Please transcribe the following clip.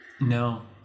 No